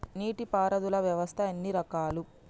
నీటి పారుదల వ్యవస్థ ఎన్ని రకాలు?